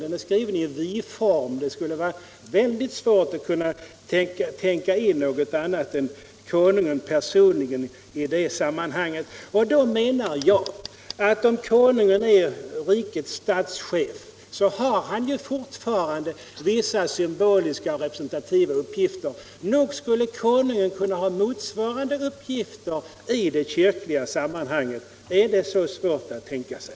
Lagen är skriven i viform. Det vore väldigt svårt att täcka in något annat än 95 konungen personligen i det sammanhanget. Då menar jag att om konungen är rikets statschef, så har han ju fortfarande vissa symboliska och representativa uppgifter. Nog skulle konungen kunna ha motsvarande uppgifter i det kyrkliga sammanhanget. Är det så svårt att tänka sig?